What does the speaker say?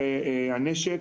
בנושא הנשק,